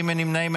נמנעים.